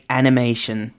animation